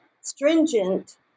stringent